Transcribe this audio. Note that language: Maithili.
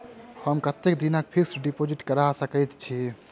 हम कतेक दिनक फिक्स्ड डिपोजिट करा सकैत छी?